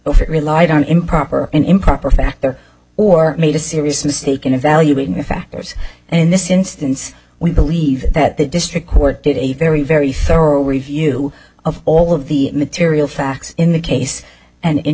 over relied on improper and improper factor or made a serious mistake in evaluating the factors in this instance we believe that the district court did a very very thorough review of all of the material facts in the case and in